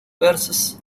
verses